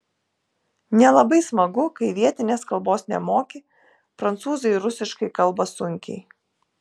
nelabai smagu kai vietinės kalbos nemoki prancūzai rusiškai kalba sunkiai